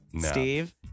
Steve